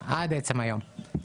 עד עצם היום.